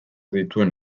dituen